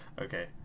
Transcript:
Okay